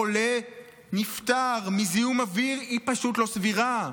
חולה נפטר מזיהום אוויר, היא פשוט לא סבירה.